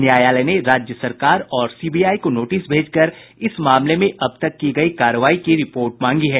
न्यायालय ने राज्य सरकार और सीबीआई को नोटिस भेजकर इस मामले में अब तक की गई कार्रवाई की रिपोर्ट मांगी है